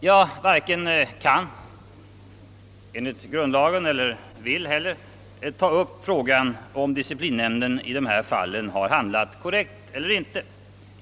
Jag varken kan eller vill ta upp frågan om disciplinnämnden i dessa fall har handlat korrekt eller inte.